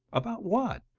about what?